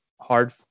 hard